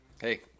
Hey